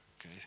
okay